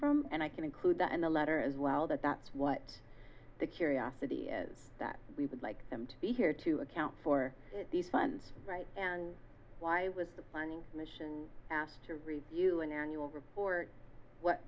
from and i can include that in the letter as well that that's what the curiosity is that we would like them to be here to account for these funds right and why with the planning commission asked to review an annual report what